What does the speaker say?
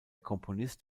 komponist